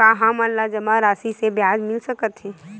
का हमन ला जमा राशि से ब्याज मिल सकथे?